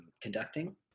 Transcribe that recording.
conducting